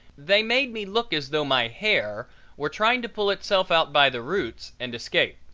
they made me look as though my hair were trying to pull itself out by the roots and escape.